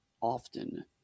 often